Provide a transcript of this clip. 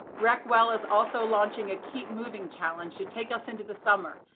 recwell is also launching a keep moving challenge to take us into the summer,